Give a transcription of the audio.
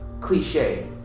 Cliche